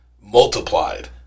multiplied